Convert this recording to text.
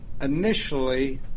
initially